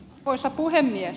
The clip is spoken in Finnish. arvoisa puhemies